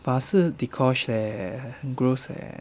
but 是 dee kosh eh 很 gross eh